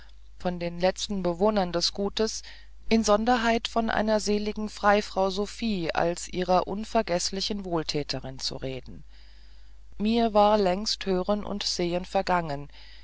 von den letzten bewohnern des guts insonderheit von einer seligen freifrau sophien als ihrer unvergeßlichen wohltäterin zu reden mir war längst hören und sehen vergangen